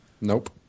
Nope